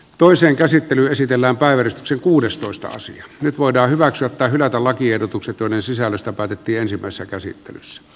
toisen käsittely esitellään päiverzy kuudestoista sija nyt voidaan hyväksyä tai hylätä lakiehdotukset joiden sisällöstä päätettiin ensimmäisessä käsittelyssä